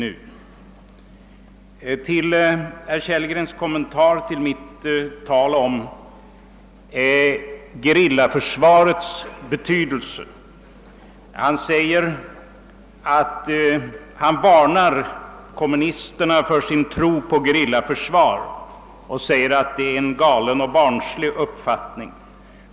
I sin kommentar till mitt tal om gerillaförsvarets betydelse varnade herr Kellgren kommunisterna för deras tro på gerillaförsvaret. Han sade att detta är en »galen och barnslig uppfattning».